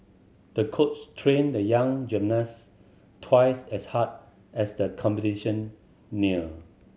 the coach trained the young gymnast twice as hard as the competition neared